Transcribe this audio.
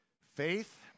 faith